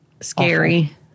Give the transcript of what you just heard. Scary